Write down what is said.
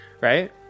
right